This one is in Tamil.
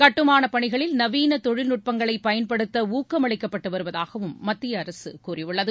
கட்டுமானப் பனிகளில் நவீன தொழில்நட்பங்களை பயன்படுத்த ஊக்கம் அளிக்கப்பட்டு வருவதாகவும் மத்திய அரசு கூறியுள்ளது